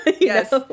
Yes